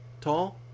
tall